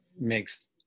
makes